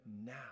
now